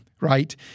right